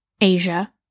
Asia